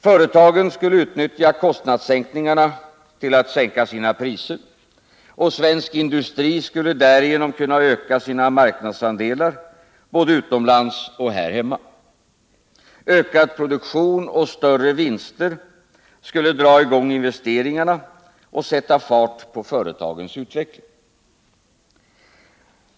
Företagen skulle utnyttja kostnadssänkningarna till att sänka sina priser, och svensk industri skulle därigenom kunna öka sina marknadsandelar, både utomlands och här hemma. Ökad produktion och större vinster skulle dra i gång investeringarna och sätta fart på företagens utveckling.